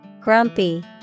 Grumpy